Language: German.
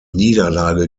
niederlage